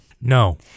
No